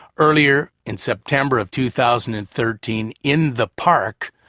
earlier in september of two thousand and thirteen, in the park,